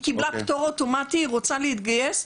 היא קיבלה פטור אוטומטי והיא ורצה להתגייס,